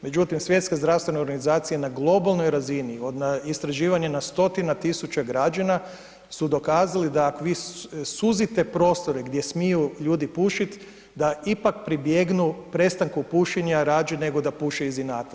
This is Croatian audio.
Međutim Svjetska zdravstvena organizacija na globalnoj razini od istraživanja na stotina tisuća građana su dokazali da ako vi suzite prostore gdje smiju ljudi pušiti da ipak pribjegnu prestanku pušenja radije nego da puše iz inata.